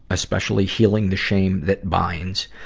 especially healing the shame that binds.